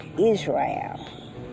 Israel